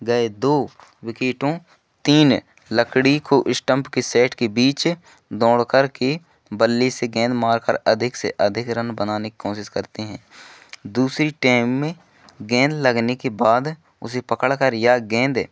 गए दो विकेटों तीन लकड़ी को स्टंप के सेट के बीच दौड़कर के बल्ले से गेंद मारकर अधिक से अधिक रन बनाने क कोशिश करते हैं दूसरी टेम में गेंद लगने के बाद उसे पकड़कर या गेंद